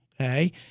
Okay